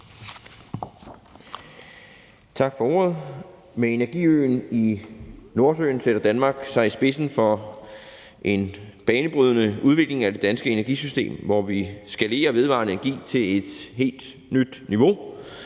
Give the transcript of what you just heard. Tak for ordet. Med energiøen i Nordsøen sætter Danmark sig i spidsen for en banebrydende udvikling af det danske energisystem, hvor vi skalerer vedvarende energi til et helt nyt niveau.